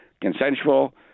Consensual